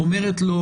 אומרת לו,